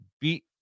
beat